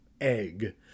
egg